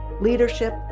leadership